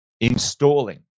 installing